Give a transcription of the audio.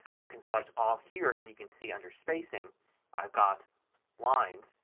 i can select all here and you can see under spacing i've got lines.